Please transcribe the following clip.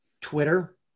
Twitter